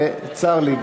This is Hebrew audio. וצר לי,